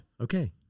Okay